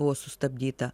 buvo sustabdyta